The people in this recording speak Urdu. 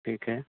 ٹھیک ہے